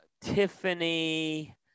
Tiffany